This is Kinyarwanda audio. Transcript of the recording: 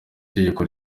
tegeko